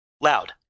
Loud